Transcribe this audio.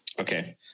okay